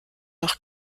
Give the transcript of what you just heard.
noch